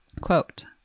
quote